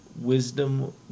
Wisdom